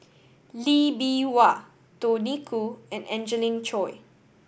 Lee Bee Wah Tony Khoo and Angelina Choy